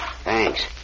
Thanks